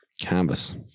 Canvas